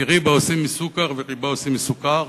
כי רי-בה עושים מסו-כר וריבה עושים מסוכר,